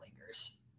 lingers